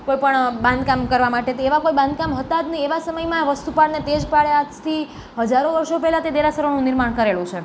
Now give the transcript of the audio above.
કોઈપણ બાંધકામ કરવા માટે તે એવા કોઈ બાંધકામ હતાં જ નહીં એવા સમયમાં વસ્તુપાળ અને તેજપાળે આજથી હજારો વર્ષો પેલા તે દેરાસરોનું નિર્માણ કરેલું છે